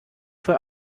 für